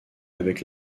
avec